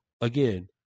Again